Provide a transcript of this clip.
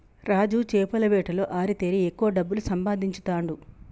రాజు చేపల వేటలో ఆరితేరి ఎక్కువ డబ్బులు సంపాదించుతాండు